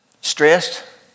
stressed